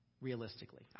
realistically